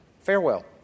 Farewell